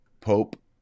Pope